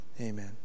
Amen